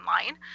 online